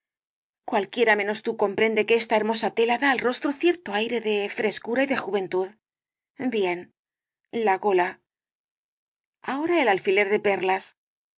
cualquiera menos tú comprende que esta hermosa tela da al rostro cierto aire de frescura y de juventud bien la gola ahora el alfiler de perlas